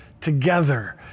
together